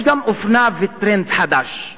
יש גם אופנה וטרנד חדש,